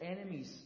enemies